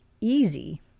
easy